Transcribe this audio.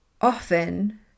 often